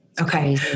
Okay